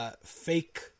fake